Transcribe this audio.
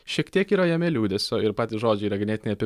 šiek tiek yra jame liūdesio ir patys žodžiai yra ganėtinai apie